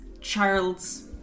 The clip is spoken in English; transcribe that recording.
Charles